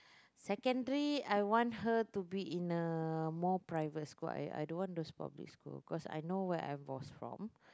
secondary I want her to be in a more private school I I don't want those public school because I know where I was from